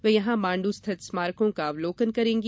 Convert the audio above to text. वे यहां मांड् स्थित स्मारकों को अवलोकन करेंगी